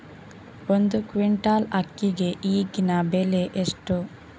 ಒಂದು ಕ್ವಿಂಟಾಲ್ ಅಕ್ಕಿಗೆ ಈಗಿನ ಬೆಲೆ ಎಷ್ಟು?